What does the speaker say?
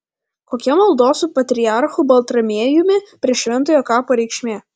kokia maldos su patriarchu baltramiejumi prie šventojo kapo reikšmė